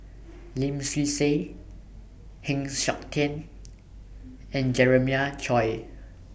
Lim Swee Say Heng Siok Tian and Jeremiah Choy